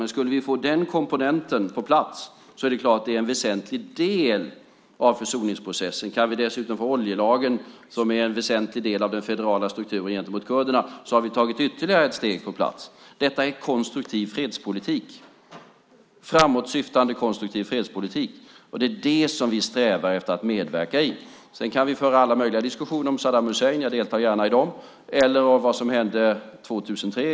Men skulle vi få den komponenten på plats är det klart en väsentlig del av försoningsprocessen. Kan vi dessutom få oljelagren, som är en väsentlig del av den federala strukturen gentemot kurderna, har vi tagit ytterligare ett steg. Detta är framåtsyftande konstruktiv fredspolitik, och det är det som vi strävar efter att medverka i. Sedan kan vi föra alla möjliga diskussioner om Saddam Hussein, jag deltar gärna i dem, eller om vad som hände 2003.